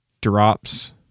drops